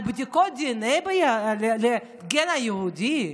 על בדיקות דנ"א לגן היהודי,